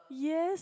yes